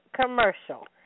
commercial